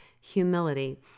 humility